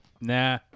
Nah